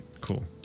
Cool